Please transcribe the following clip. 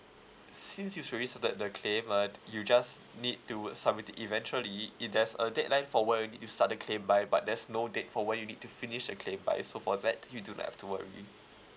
seems it's recent that the claim but you just need to submit it eventually if there's a deadline from where you start the claim by but there's no date for when you need to finish the claim by so for that you do not have to worry